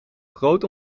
groot